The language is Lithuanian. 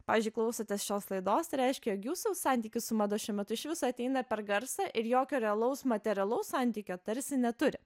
pavyzdžiui klausotės šios laidos reiškia jog jūsų santykis su mada šiuo metu iš vis ateina per garsą ir jokio realaus materialaus santykio tarsi neturi